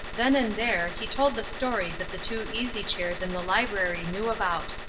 then and there, he told the story that the two easy chairs in the library knew about.